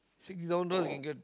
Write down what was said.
sixty thousand dollars can get